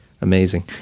Amazing